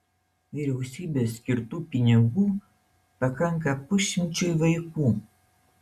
vyriausybės skirtų pinigų pakanka pusšimčiui vaikų